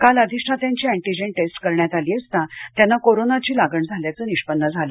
काल अधिष्ठात्यांची antigen test करण्यात आली असता त्यांना कोरोनाची लागण झाल्याचं निष्पन्न झालं